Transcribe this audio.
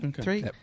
three